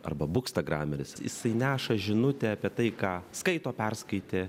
arba bukstagrameris jisai neša žinutę apie tai ką skaito perskaitė